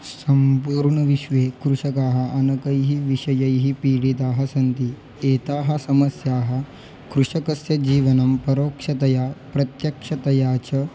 सम्पूर्णविश्वे कृषकाः अनेकैः विषयैः पीडिताः सन्ति एताः समस्याः कृषकस्य जीवनं परोक्षतया प्रत्यक्षतया च